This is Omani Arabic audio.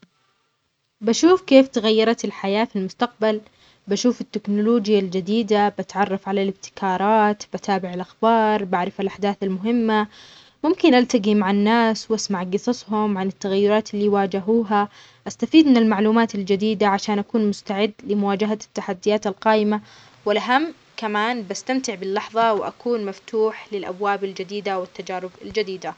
بشوف كيف تغيرت الحياة في المستقبل، بشوف التكنولوجيا الجديدة بتعرف على الابتكارات، بتابع الأخبار، بعرف الأحداث المهمة، ممكن ألتقي مع الناس وأسمع قصصهم عن التغيرات اللي واجهوها، أستفيد من المعلومات الجديدة عشان أكون مستعد لمواجهة التحديات القايمة، والأهم كمان بستمتع باللحظة وأكون مفتوح للأبواب الجديدة والتجارب الجديدة.